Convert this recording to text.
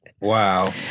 Wow